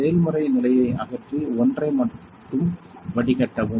செயல்முறை நிலையை அகற்றி ஒன்றை மட்டும் வடிகட்டவும்